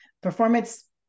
performance